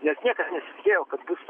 nes niekas nesitikėjo kad bus